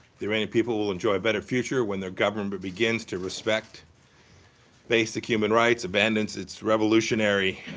the iranian people will enjoy a better future when their government but begins to respect basic human rights, abandons its revolutionary